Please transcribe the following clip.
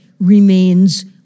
remains